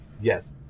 Yes